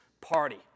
party